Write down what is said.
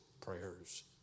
prayers